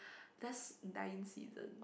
that's nine season